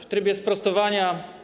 W trybie sprostowania.